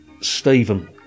Stephen